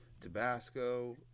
Tabasco